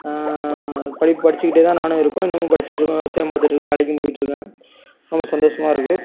படிப்பு படிச்சிக்கிட்டே தான் நான் இருக்கேன் இன்னமும் படிச்சிட்டுருக்கோம் விவசாயம் பார்த்துட்ருக்கோம் வேலைக்கும் போயிட்டிருக்கேன் ரொம்ப சந்தோஷமாக இருக்கு